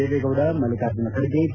Deve Gowda Mallikarjun Kharge D